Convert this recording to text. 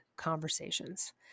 Conversations